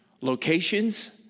locations